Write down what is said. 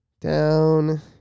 down